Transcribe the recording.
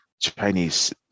Chinese